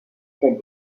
celle